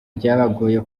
byabagoye